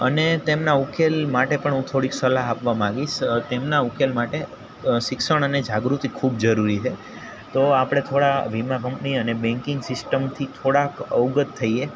અને તેમના ઉકેલ માટે પણ હું થોડીક સલાહ આપવા માંગીશ તેમના ઉકેલ માટે શિક્ષણ અને જાગૃતિ ખૂબ જરૂરી હે તો આપણે થોળા કંપની અને બેન્કિંગ સિસ્ટમથી થોડાક અવગત થઈએ